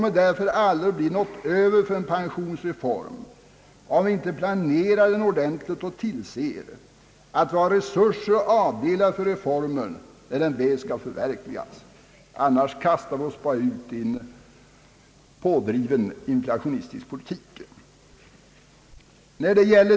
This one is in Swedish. Men det kommer aldrig att bli några medel över för en pensionsreform om vi inte planerar denna ordentligt och ser till att vi har resurser avsatta för ändamålet. I annat fall ger vi oss endast in i en inflationistisk politik.